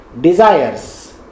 desires